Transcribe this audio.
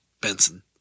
Benson